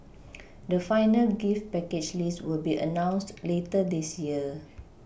the final gift package list will be announced later this year